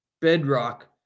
bedrock